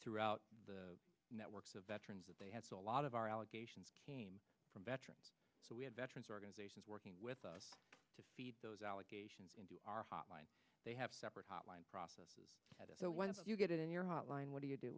throughout the networks of veterans that they had a lot of our allegations came from veterans so we had veterans organizations working with us to feed those allegations into our hotline they have separate hotline process so when you get it in your hotline what do you do